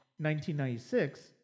1996